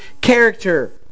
character